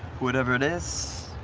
whatever it is,